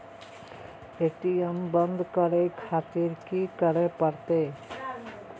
ATM बंद करें खातिर की करें परतें?